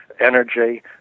energy